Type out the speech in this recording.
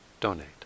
donate